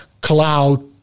cloud